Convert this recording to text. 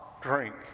drink